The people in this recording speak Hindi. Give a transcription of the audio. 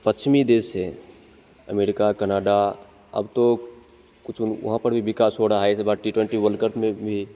पश्चिमी देश हैं अमेरिका कनाडा अब तो कुछ उन वहाँ पर भी विकास हो रहा है इस बार टी ट्वेंटी वर्ल्ड कप में भी